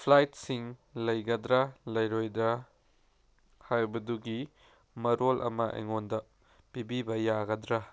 ꯐ꯭ꯂꯥꯏꯠꯁꯤꯡ ꯂꯩꯒꯗ꯭ꯔꯥ ꯂꯩꯔꯣꯏꯗ꯭ꯔꯥ ꯍꯥꯏꯕꯗꯨꯒꯤ ꯃꯔꯣꯜ ꯑꯃ ꯑꯩꯉꯣꯟꯗ ꯄꯤꯕꯤꯕ ꯌꯥꯒꯗ꯭ꯔꯥ